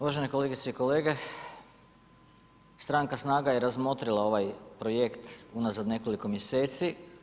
Uvažene kolegice i kolege, stranka SNAGA je razmotrila ovaj projekt unazad nekoliko mjeseci.